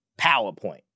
PowerPoint